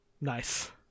Nice